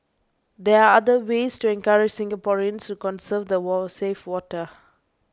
there are other ways to encourage Singaporeans to conserve the war and save water